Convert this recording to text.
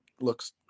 looks